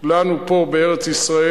לנו פה בארץ-ישראל